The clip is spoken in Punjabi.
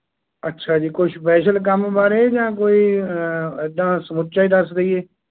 ਅੱਛਾ ਜੀ ਕੁਛ ਸਪੈਸ਼ਲ ਕੰਮ ਬਾਰੇ ਜਾਂ ਕੋਈ ਇੱਦਾਂ ਸਮੁੱਚਾ ਹੀ ਦੱਸ ਦਈਏ